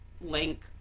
link